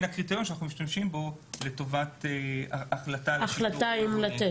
הקריטריון שאנחנו משתמשים בו להחלטה אם לתת.